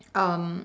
um